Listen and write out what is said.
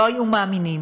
לא היו מאמינים,